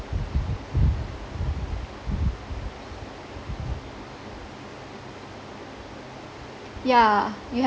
yeah you have